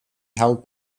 held